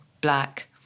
black